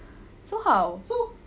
so how